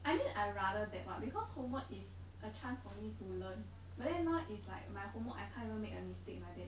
I mean I rather that [what] because homework is a chance for me to learn but then now is like my homework I can't even make a mistake like that